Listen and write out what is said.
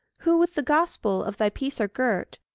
who with the gospel of thy peace are girt,